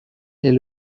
est